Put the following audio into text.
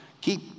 keep